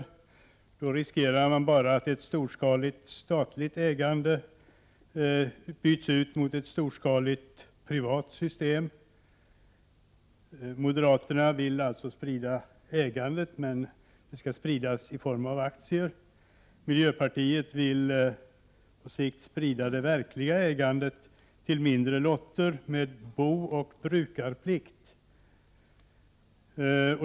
Med moderaternas förslag riskerar man bara att ett storskaligt statligt ägande byts ut mot ett storskaligt privat system. Moderaterna vill alltså sprida ägandet, men det skall ske i form av aktier. Miljöpartiet vill på sikt sprida det verkliga ägandet till mindre lotter med booch brukarplikt.